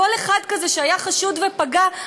כל אחד כזה שהיה חשוד ופגע,